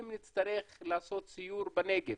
אם נצטרך לעשות דיון בנגב